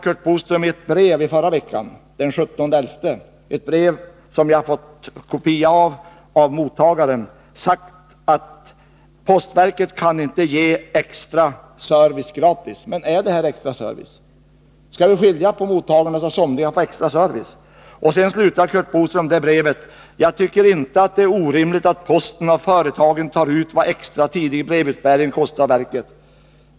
Curt Boström har i ett brev av den 17 november — jag har av mottagaren fått en kopia av brevet — sagt att postverket inte kan ge extra service gratis. Men är det här fråga om extra service? Skall man skilja på mottagarna och ge somliga extra service? Curt Boström avslutar brevet på följande sätt: Jag tycker inte att det är orimligt att posten av företagen tar ut vad extra tidig brevutbäring kostar verket.